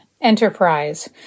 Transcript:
Enterprise